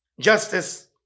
justice